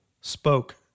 spoke